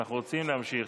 אנחנו רוצים להמשיך.